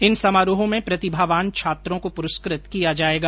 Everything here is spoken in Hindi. इन समारोहों में प्रतिभावान छात्रों को प्रस्कृत किया जाएगा